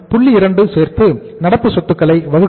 2 சேர்த்து நடப்பு சொத்துக்களை வகுக்க வேண்டும்